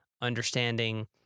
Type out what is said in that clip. understanding